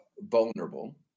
vulnerable